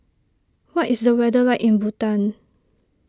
what is the weather like in Bhutan